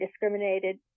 discriminated